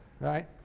right